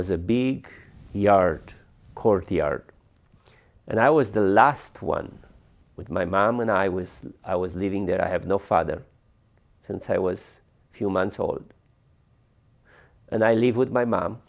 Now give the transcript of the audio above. was a big yard courtyard and i was the last one with my mom and i was i was living there i have no father since i was a few months old and i live with my mom